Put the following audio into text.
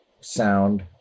sound